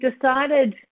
decided